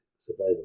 Survival